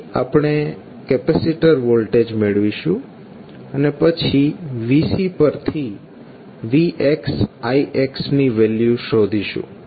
પછી આપણે capacitor voltage મેળવીશું અને પછી vCપરથી vx ix ની વેલ્યુ શોધીશું